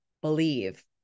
Believe